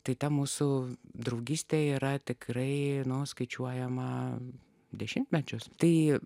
tai ta mūsų draugystė yra tikrai nors skaičiuojama dešimtmečius tai